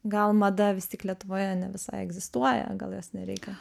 gal mada vis tik lietuvoje ne visai egzistuoja gal jos nereikia